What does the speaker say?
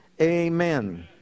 amen